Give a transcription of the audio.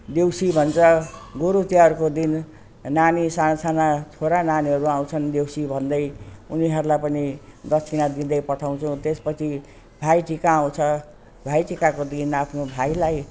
देउसी भन्छ गोरू तिहारको दिन नानी साना साना छोरा नानीहरू आउँछन् देउसी भन्दै उनीहरूलाई पनि दक्षिणा दिँदै पठाउँछौँ त्यस पछि भाइटिका आउँछ भाइटिकाको दिन आफ्नो भाइलाई